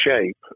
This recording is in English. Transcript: shape